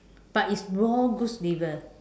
but it's raw goose liver